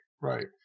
right